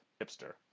hipster